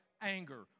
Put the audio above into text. anger